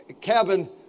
cabin